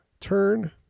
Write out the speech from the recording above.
turn